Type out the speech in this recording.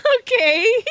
Okay